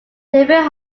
david